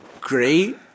great